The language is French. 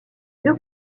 deux